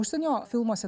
užsienio filmuose